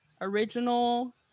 original